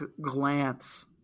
glance